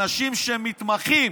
אנשים שמתמחים